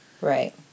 Right